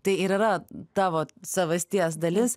tai ir yra tavo savasties dalis